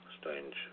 strange